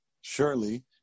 surely